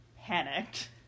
panicked